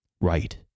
right